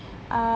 uh